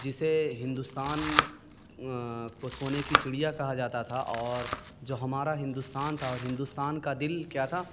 جسے ہندوستان کو سونے کی چڑیا کہا جاتا تھا اور جو ہمارا ہندوستان تھا اور ہندوستان کا دل کیا تھا